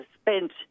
spent